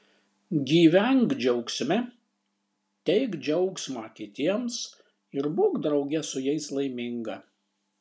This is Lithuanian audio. gyvenk džiaugsme teik džiaugsmą kitiems ir būk drauge su jais laiminga